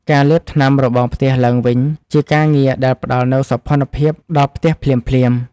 ការលាបថ្នាំរបងផ្ទះឡើងវិញ ជាការងារដែលផ្តល់នូវសោភ័ណភាពដល់ផ្ទះភ្លាមៗ។